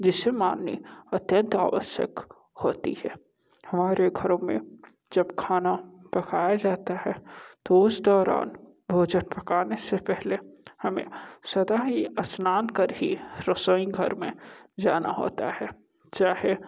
जिसे मान्य अत्यंत आवश्यक होती है हमारे घरों में जब खाना पकाया जाता है तो उस दौरान भोजन पकाने से पहले हमें सदा ही स्नान कर ही रसोई घर में जाना होता है चाहे